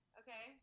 okay